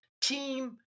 team